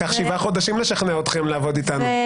לקח שבעה חודשים לשכנע אתכם לעבוד איתנו.